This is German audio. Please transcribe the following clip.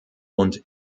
und